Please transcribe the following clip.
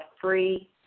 free